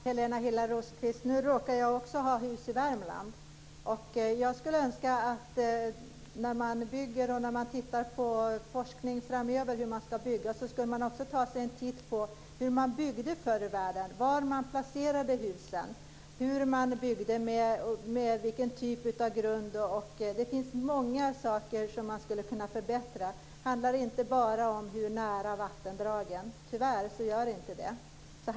Herr talman! Jag råkar också ha hus i Värmland. Jag skulle önska att man när man bygger och tittar på forskning över hur man ska bygga framöver också tar sig en titt på hur man byggde förr i världen, var man placerade husen, hur man byggde, med vilken typ av grund osv. Det finns många saker som man skulle kunna förbättra. Det handlar inte bara om hur nära vattendragen man bygger. Här finns mycket att göra.